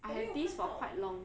I have this for quite long